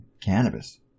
Cannabis